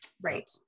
Right